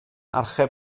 archeb